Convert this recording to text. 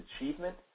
achievement